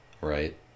right